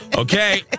Okay